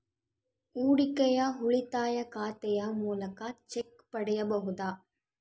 ಹೂಡಿಕೆಯ ಉಳಿತಾಯ ಖಾತೆಯ ಮೂಲಕ ಚೆಕ್ ಪಡೆಯಬಹುದಾ?